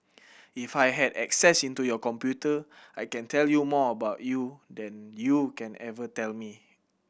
if I had access into your computer I can tell you more about you than you can ever tell me